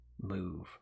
move